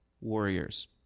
warriors